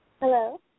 Hello